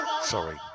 Sorry